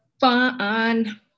Fun